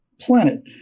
planet